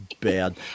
bad